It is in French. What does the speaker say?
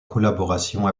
collaboration